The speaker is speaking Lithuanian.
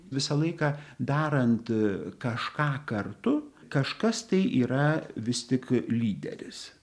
visą laiką darant kažką kartu kažkas tai yra vis tik lyderis